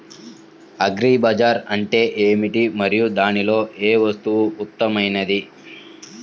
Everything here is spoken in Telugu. అగ్రి బజార్ అంటే ఏమిటి మరియు దానిలో ఏ వస్తువు ఉత్తమమైనది?